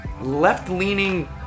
left-leaning